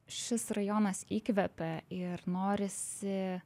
šis rajonas įkvepia ir norisi